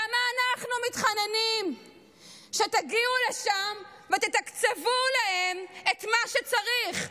למה אנחנו מתחננים שתגיעו לשם ותתקצבו להם את מה שצריך,